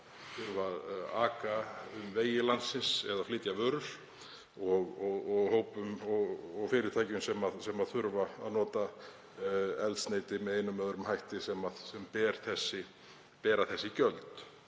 þurfa að aka um vegi landsins eða flytja vörur og hópum og fyrirtækjum sem þurfa að nota eldsneyti með einum eða öðrum hætti sem bera þessi gjöld.